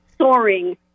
soaring